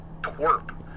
twerp